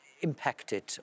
impacted